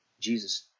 Jesus